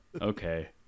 Okay